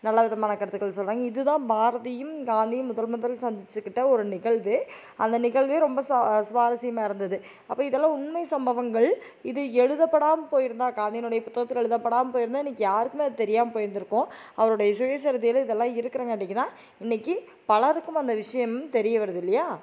நல்ல விதமான கருத்துக்கள் சொல்கிறாங்க இது தான் பாரதியும் காந்தியும் முதல் முதல் சந்திச்சுக்கிட்ட ஒரு நிகழ்வு அந்த நிகழ்வே ரொம்ப சுவா சுவாரசியமாக இருந்தது அப்போது இதெல்லாம் உண்மை சம்பவங்கள் இது எழுதப்படாமல் போயிருந்தால் காந்தியினுடைய புத்தகத்தில் எழுதப்படாமல் போயிருந்தால் இன்றைக்கு யாருக்கும் அது தெரியாமல் போயிருந்திருக்கும் அவரோடைய சுயரிதையில் இதெல்லாம் இருக்கிறங்காட்டிக்கு தான் இன்றைக்கி பலருக்கும் அந்த விஷயம் தெரிய வருதுல்லையா